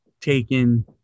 taken